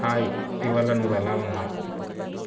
hi ఇవాళ నువ్వు ఎలా ఉన్నావు